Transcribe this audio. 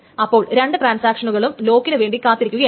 അപ്പോൾ രണ്ട് ടാൻസാക്ഷനുകളും ലോക്കിനു വേണ്ടി കാത്തിരിക്കുകയാണ്